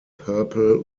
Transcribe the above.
purple